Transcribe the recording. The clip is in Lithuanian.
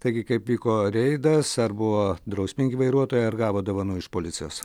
taigi kaip vyko reidas ar buvo drausmingi vairuotojai ar gavo dovanų iš policijos